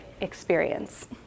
experience